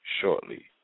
shortly